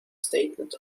statement